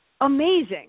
amazing